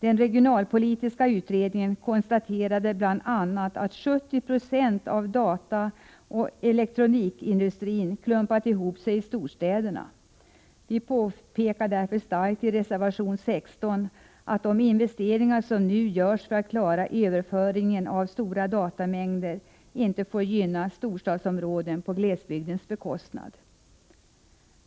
Den regionalpolitiska utredningen konstaterade bl.a. att 70 96 av dataoch elektronikindustrin klumpat ihop sig i storstäderna. I reservation 16 påpekar vi därför att de investeringar som nu görs för att klara överföringen av stora datamängder inte får gynna storstadsområden på glesbygdens bekostnad.